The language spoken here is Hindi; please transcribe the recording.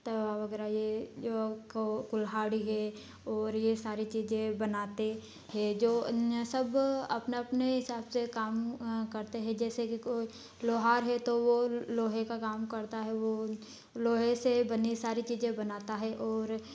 तवा वगैरह ये क कुल्हाड़ी है और ये सारी चीजें बनाते हैं जो अन्य सब अपने अपने हिसाब से काम करते हैं जैसे कि कोई लोहार है तो वो लोहे का काम करता है वो लोहे से बनी सारी चीजें बनाता है और